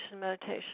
meditation